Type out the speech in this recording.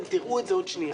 אתם תראו את זה עוד שנייה.